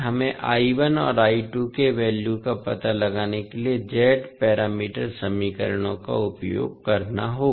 हमें और के वैल्यू का पता लगाने के लिए Z पैरामीटर समीकरणों का उपयोग करना होगा